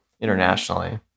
internationally